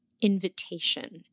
invitation